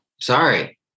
sorry